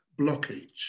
blockage